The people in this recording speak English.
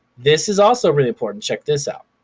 this is also really important, check this out.